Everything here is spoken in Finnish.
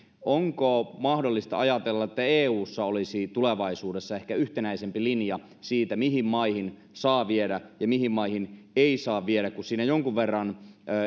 onko mahdollista ajatella että eussa olisi tulevaisuudessa ehkä yhtenäisempi linja siitä mihin maihin saa viedä ja mihin maihin ei saa viedä kun siinä jonkun verran